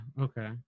Okay